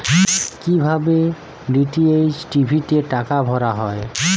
কি ভাবে DTH TV তে টাকা ভরা হয়?